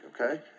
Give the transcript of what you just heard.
okay